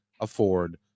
afford